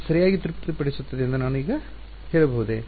ಇದು ಸರಿಯಾಗಿ ತೃಪ್ತಿಪಡಿಸುತ್ತದೆ ಎಂದು ಈಗ ನಾನು ಹೇಳಬಹುದೇ